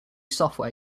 software